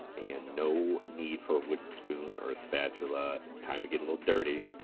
and no need for a wooden spoon or a spatula. it's time to get a little dirty,